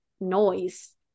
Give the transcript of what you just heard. noise